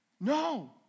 No